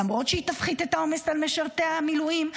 למרות שהיא תפחית את העומס על משרתי המילואים,